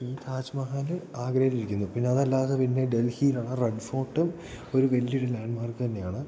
താജ്മഹാൽ ആഗ്രയിലിരിക്കുന്നു പിന്നെ അതല്ലാതെ പിന്നെ ഡൽഹിയിലാണ് റെഡ് ഫോർട്ടും ഒരു വലിയൊരു ലാൻ്റ്മാർക്കുതന്നെയാണ്